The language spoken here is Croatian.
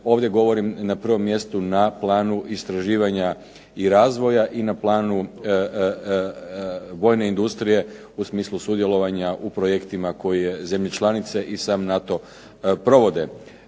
Ovdje govorim na prvom mjestu na planu istraživanja i razvoja i na planu vojne industrije u smislu sudjelovanja u projektima koje zemlje članice i sam NATO provode.